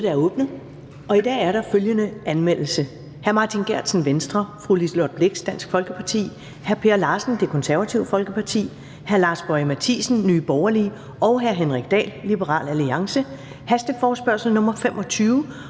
I dag er der følgende anmeldelse: